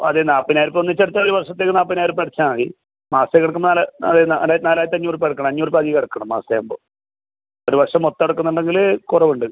അതെ നാൽപ്പതിനായിരം ഉർപ്യ ഒന്നിച്ച് അടച്ചാൽ ഒരു വർഷത്തേക്ക് നാൽപ്പതിനായിരം ഉർപ്യ അടച്ചാൽ മതി മാസത്തേക്ക് അടക്കം നാല് നാല് നാലായിരത്തഞ്ഞൂറ് ഉർപ്യ അടക്കണം അഞ്ഞൂറ് ഉർപ്യ അധികം അടക്കണം മാസത്തേക്ക് ആവുമ്പോൾ ഒരു വർഷം മൊത്തം അടക്കുന്നുണ്ടെങ്കിൽ കുറവ് ഉണ്ട്